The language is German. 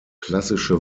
klassische